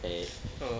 like that